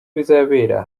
bizabera